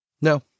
No